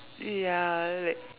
ya like